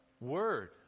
word